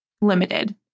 limited